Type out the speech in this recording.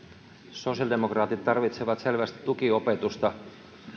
sosiaalidemokraatit tarvitsevat selvästi tukiopetusta